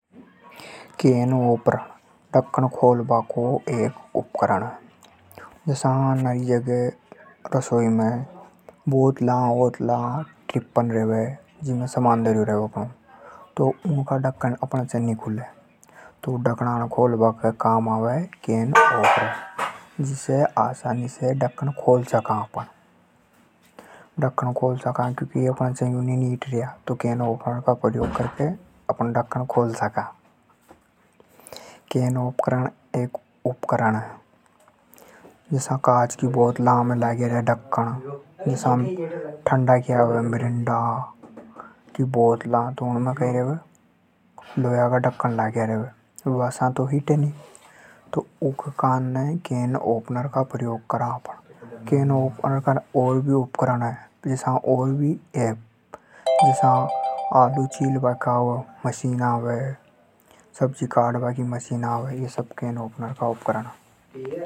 केन opener. जसा कई भी डब्बा टिफिन को ढक्कन हेड़ बा काने काम आवे। उणिये केन ओपरा के वे। इसे आसानी से ढक्कन खोल सका। जसा ठंडा की बोतला आवे ऊका ढक्कन नी खुले तो उमे काम आवे। केन ओपरा का ओर भी उपकरण हे।